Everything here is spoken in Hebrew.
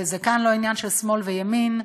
זה לא עניין של שמאל וימין.